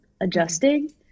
adjusting